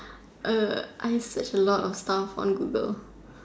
I search a lot of stuff on Google